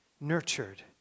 nurtured